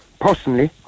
personally